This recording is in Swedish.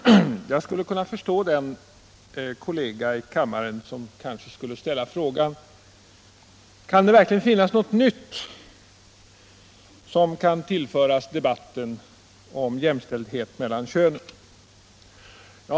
Herr talman! Jag skulle kunna förstå den kollega i kammaren som <:Jämställdhetsfrågor ville ställa frågan: Kan det verkligen finnas något nytt att tillföra debatten — m.m. om jämställdhet mellan könen?